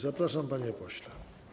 Zapraszam, panie pośle.